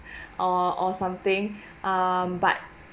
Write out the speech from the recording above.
or or something um but